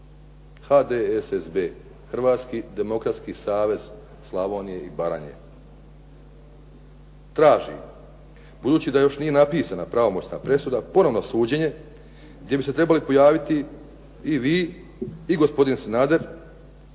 HDSSB, Hrvatski demokratski savez Slavonije i Baranje traži, budući da još nije napisana pravomoćna presuda ponovno suđenje gdje bi se trebali pojaviti i vi i gospodin Sanader